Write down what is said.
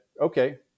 okay